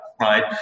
right